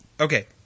Okay